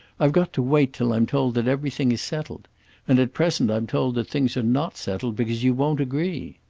i've got to wait till i'm told that everything is settled and at present i'm told that things are not settled because you won't agree.